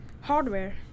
hardware